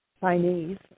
Chinese